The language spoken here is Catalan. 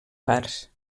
parts